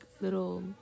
little